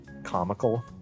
Comical